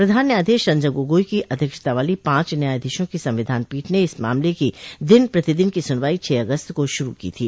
प्रधान न्यायाधीश रंजन गोगोई की अध्यक्षता वाली पांच न्यायाधीशों की संविधान पीठ ने इस मामले की दिन प्रतिदिन की सुनवाई छह अगस्त को शुरू की थी